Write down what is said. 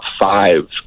five